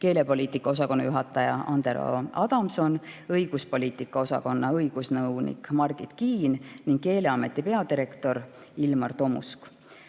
keelepoliitika osakonna juhataja Andero Adamson, õiguspoliitika osakonna õigusnõunik Margit Kiin ning Keeleameti peadirektor Ilmar Tomusk.